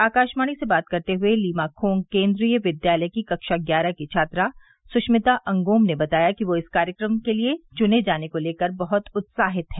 आकाशवाणी से बात करते हुए लीमाखोंग केंद्रीय विद्यालय की कक्षा ग्यारह की छात्रा सुभिता अंगोम ने बताया कि वह इस कार्यक्रम के लिए च्ने जाने को लेकर बहत उत्सााहित है